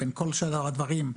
בין כל שאר הדברים,